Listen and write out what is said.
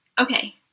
Okay